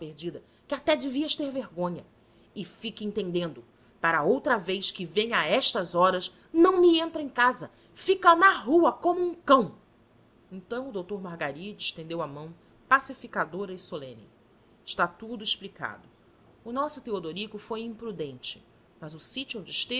que até devias ter vergonha e fique entendendo para outra vez que venha a estas horas não me entra em casa fica na rua como um cão então o doutor margaride estendeu a mão pacificadora e solene está tudo explicado o nosso teodorico foi imprudente mas o sítio onde